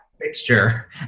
fixture